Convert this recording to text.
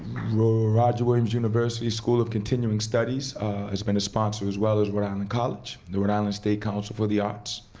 roger williams university school of continuing studies has been a sponsor, as well, as rhode island college, the rhode island state council for the arts.